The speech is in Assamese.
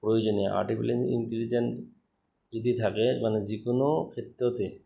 প্ৰয়োজনীয় আৰ্টিফিচিয়েল ইণ্টেলিজেণ্ট যদি থাকে মানে যিকোনো ক্ষেত্ৰতে